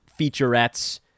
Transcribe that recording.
featurettes